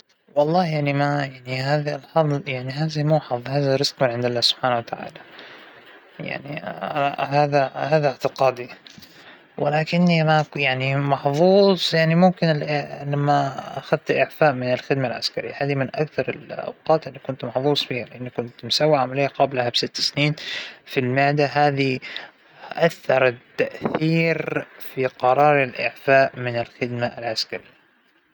أنا الحمد لله ابدا ما كنت أبداً سيئة الحظ، كل حياتى الحمد لله مليئة بالرضا، بس لو صار شى أنا ما أبى فهذا المنع طبعا، أو هذا الشى اللى صار بيكون لأجل حكمة الله فرضها، الله يدرى فيها أنا ما بعرفها، أنا ما بعترض فلذلك ما بحس حالى سيئة الحظ بأى وقت.